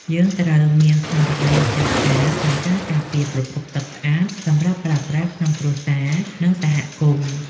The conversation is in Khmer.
យើងត្រូវមានស្មារតីម្ចាស់ការក្នុងការការពារប្រភពទឹកស្អាតសម្រាប់ប្រើប្រាស់ក្នុងគ្រួសារ និងសហគមន៍។